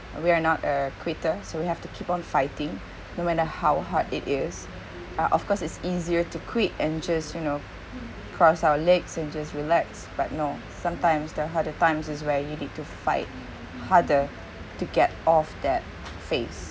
we're not a quitter so we have to keep on fighting no matter how hard it is uh of course it's easier to quit and just you know cross our legs and just relax but no sometimes the harder times is where you need to fight harder to get off that phase